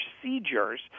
procedures